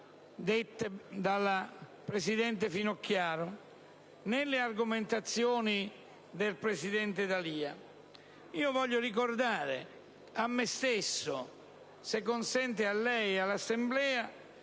dalla presidente Finocchiaro, né le argomentazioni del presidente D'Alia. Voglio ricordare a me stesso e, se consente, a lei e all'Assemblea